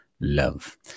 love